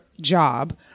job